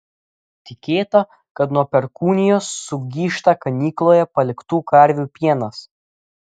tikėta kad nuo perkūnijos sugyžta ganykloje paliktų karvių pienas